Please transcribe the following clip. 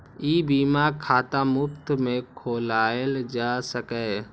ई बीमा खाता मुफ्त मे खोलाएल जा सकैए